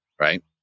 right